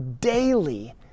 daily